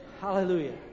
hallelujah